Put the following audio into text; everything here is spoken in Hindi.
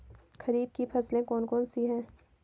खरीफ की फसलें कौन कौन सी हैं?